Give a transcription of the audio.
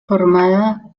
formada